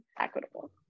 equitable